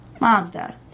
Mazda